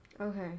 Okay